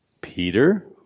Peter